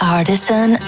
Artisan